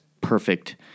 perfect